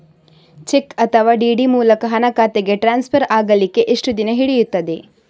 Check ಅಥವಾ DD ಮೂಲಕ ಹಣ ಖಾತೆಗೆ ಟ್ರಾನ್ಸ್ಫರ್ ಆಗಲಿಕ್ಕೆ ಎಷ್ಟು ದಿನ ಹಿಡಿಯುತ್ತದೆ?